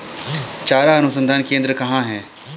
चारा अनुसंधान केंद्र कहाँ है?